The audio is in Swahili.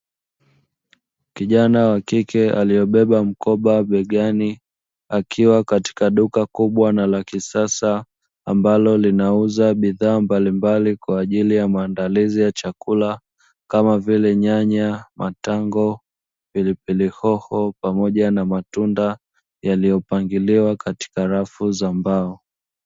Kijana wa kike aliyebeba mkoba begani akiwa katika duka kubwa la kisasa, kwa ajili ya maandalizi ya chakula kama vile; nyanya, matango, pilipili hoho pamoja na matunda yaliyopangiliwa katika rafu za mbao.